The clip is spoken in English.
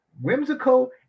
whimsical